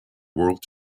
world